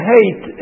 Hate